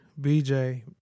BJ